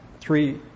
three